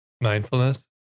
Mindfulness